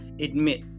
admit